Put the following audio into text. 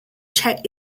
check